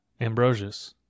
Ambrosius